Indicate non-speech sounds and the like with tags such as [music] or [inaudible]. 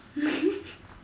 [laughs]